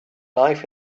life